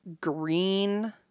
green